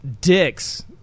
dicks